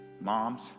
moms